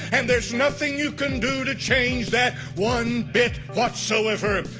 and there's nothing you can do to change that one bit, whatsoever